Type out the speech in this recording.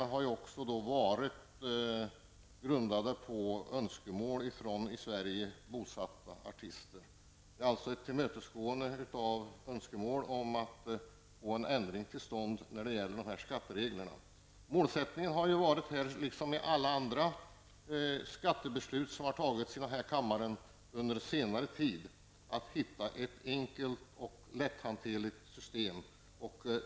De har varit grundade på önskemål från i Sverige bosatta artister. Förslaget innebär alltså ett tillmötesgående av önskemål om att få en ändring till stånd när det gäller de här skattereglerna. Målsättningen har här liksom i alla andra skattebeslut som fattats här i kammaren under senare tid varit att hitta ett enkelt och lätthanterligt system.